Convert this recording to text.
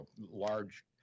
large